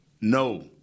No